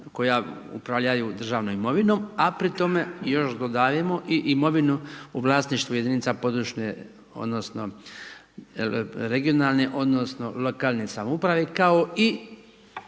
koja upravljaju državnom imovinom, a pri tome još dodajemo i imovinu u vlasništvu jedinica područne odnosno regionalne odnosno lokalne samouprave kao i